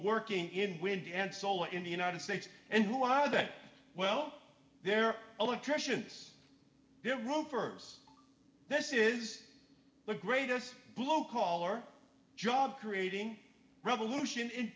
working in wind and solar in the united states and who are they well they're electricians they're row first this is the greatest blow color job creating revolution in